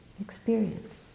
Experience